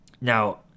Now